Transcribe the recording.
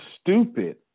stupid